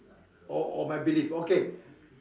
or or my belief okay